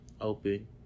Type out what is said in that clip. open